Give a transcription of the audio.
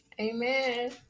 Amen